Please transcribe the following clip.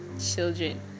children